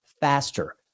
faster